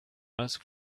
ask